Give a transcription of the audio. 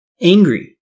Angry